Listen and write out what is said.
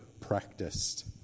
practiced